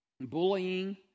bullying